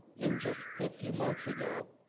in just a few months ago,